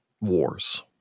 wars